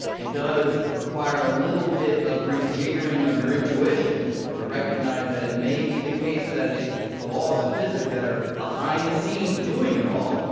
it does require a little bit of rejiggering of your intuition to recognize that it may be the case that it the laws of physics that are behind the scenes doing it all.